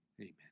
Amen